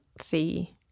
see